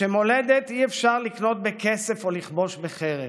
"מולדת אי-אפשר לקנות בכסף או לכבוש בחרב.